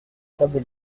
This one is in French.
table